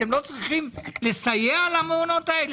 אתם לא צריכים לסייע למעונות האלה?